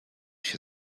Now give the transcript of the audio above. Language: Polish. się